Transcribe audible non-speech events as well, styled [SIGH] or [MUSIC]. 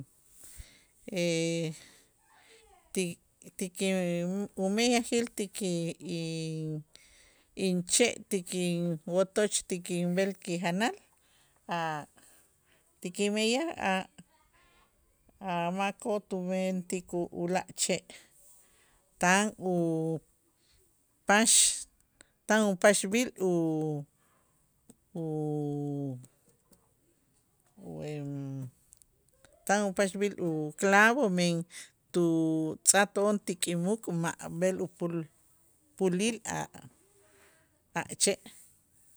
[HESITATION] Ti ti ki umeyajil ti ki in- inche' ti kinwotoch ti kinb'el ti janal a' ti kimeyaj a' a' makoo' tumentik u- ula' che' tan upax tan upaxb'il u- u- u [HESITATION] tan upaxb'il uclavo men tutz'ajto'on ti kimuk' ma' b'el upul pulil a'-a' che'.